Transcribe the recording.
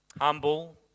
humble